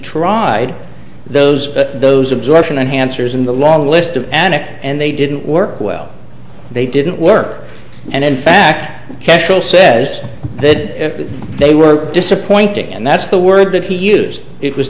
tried those but those absorption hansard in the long list of anik and they didn't work well they didn't work and in fact cashel says that they were disappointing and that's the word that he used it was